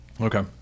Okay